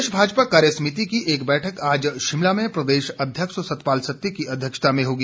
प्रदेश भाजपा कार्यसमिति की एक बैठक आज शिमला में प्रदेश अध्यक्ष सत्तपाल सत्ती की अध्यक्षता में होगी